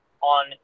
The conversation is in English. on